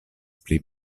pri